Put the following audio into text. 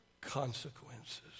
consequences